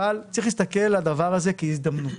אבל צריך להסתכל על הדבר הזה כהזדמנות.